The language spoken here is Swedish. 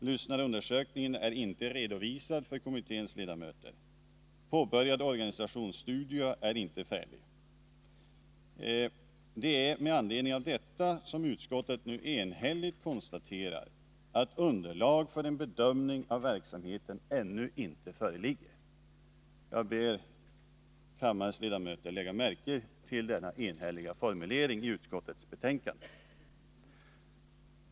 Lyssnarundersökningen är inte redovisad för kommitténs ledamöter. Påbörjad organisationsstudie är inte färdig. Det är med anledning av detta som utskottet nu enhälligt konstaterar att underlag för en bedömning av verksamheten ännu inte föreligger. Jag ber kammarens ledamöter lägga märke till denna enhälliga formulering i utskottets betänkande.